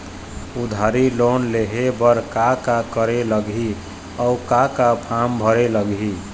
उधारी लोन लेहे बर का का करे लगही अऊ का का फार्म भरे लगही?